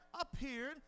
appeared